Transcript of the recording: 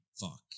fuck